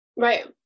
Right